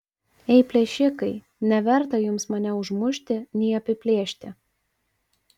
ei plėšikai neverta jums mane užmušti nei apiplėšti